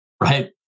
right